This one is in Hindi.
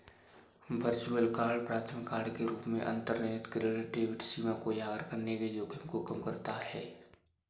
वर्चुअल कार्ड प्राथमिक कार्ड के रूप में अंतर्निहित क्रेडिट डेबिट सीमा को उजागर करने के जोखिम को कम करता है